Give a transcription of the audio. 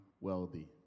wealthy